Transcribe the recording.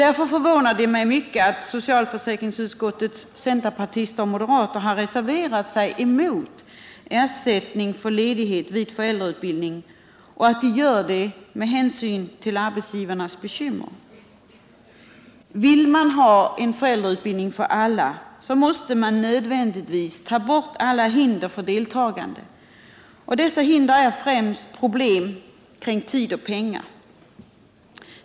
Därför förvånar det mig att socialförsäkringsutskottets centerpartister och moderater reserverat sig mot ersättning för ledighet vid föräldrautbildning och att de gör det med hänsyn till arbetsgivarnas bekymmer. Vill man ha en föräldrautbildning för alla, måste man nödvändigtvis ta bort alla hinder för deltagande, och dessa hinder är främst problem kring tid och pengar.